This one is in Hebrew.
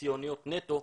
ציוניות נטו,